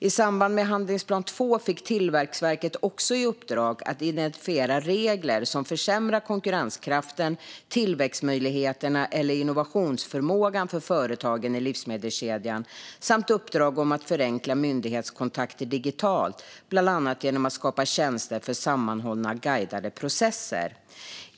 I samband med handlingsplan del 2 fick Tillväxtverket också i uppdrag att identifiera regler som försämrar konkurrenskraften, tillväxtmöjligheterna eller innovationsförmågan för företagen i livsmedelskedjan samt uppdrag att förenkla myndighetskontakter digitalt, bland annat genom att skapa tjänster för sammanhållna guidade processer.